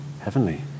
heavenly